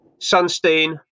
Sunstein